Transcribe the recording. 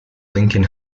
lincoln